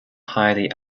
highly